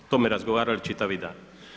O tome razgovarali čitavi dan.